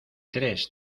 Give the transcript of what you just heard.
tres